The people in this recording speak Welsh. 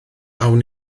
awn